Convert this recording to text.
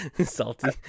salty